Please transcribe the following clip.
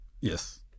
Yes